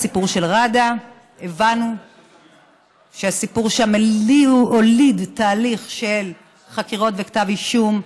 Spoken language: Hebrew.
בסיפור של ראדה הבנו שהסיפור שם הוליד תהליך של חקירות וכתב אישום,